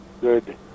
good